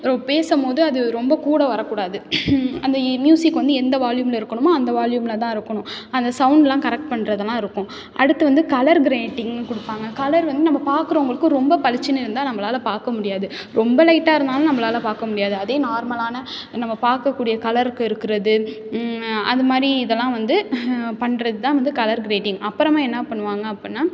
row பேசும் போது அது ரொம்ப கூட வரக்கூடாது அந்த மியூசிக் வந்து எந்த வால்யூமில் இருக்கணுமோ அந்த வால்யூமில் தான் இருக்கணும் அந்த சௌண்டுலாம் கரெக்ட் பண்ணுறதுலாம் இருக்கும் அடுத்து வந்து கலர் க்ரேடிங்னு கொடுப்பாங்க கலர் வந்து நம்ம பார்க்கறவுங்களுக்கு ரொம்ப பளிச்சுன்னு இருந்தால் நம்மளால் பார்க்க முடியாது ரொம்ப லைட்டாக இருந்தாலும் நம்மளால் பார்க்க முடியாது அதே நார்மலான நம்ம பார்க்கக்கூடிய கலருக்கு இருக்கறது அந்த மாதிரி இதெல்லாம் வந்து பண்ணுறது தான் வந்து கலர் க்ரேட்டிங் அப்புறமா என்ன பண்ணுவாங்க அப்புடின்னா